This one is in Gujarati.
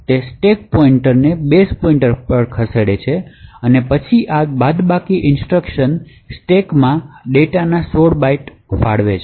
તે સ્ટેક પોઇન્ટરને બેઝ પોઇન્ટર પર ખસેડે છે અને પછી આ બાદબાકી ઇન્સટ્રક્શન સ્ટેકમાં ડેટાના 16 બાઇટ્સ ફાળવે છે